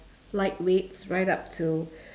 light weights right up to